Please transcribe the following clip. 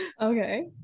Okay